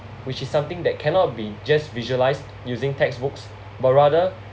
which is something that cannot be just visualised using textbooks but rather